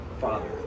Father